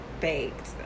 baked